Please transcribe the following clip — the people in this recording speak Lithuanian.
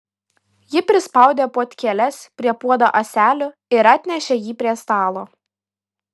ji prispaudė puodkėles prie puodo ąselių ir atnešė jį prie stalo